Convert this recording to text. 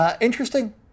Interesting